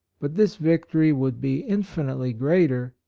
but this victory would be infinitely greater,